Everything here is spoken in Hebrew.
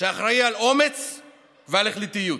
שאחראי לאומץ ולהחלטיות?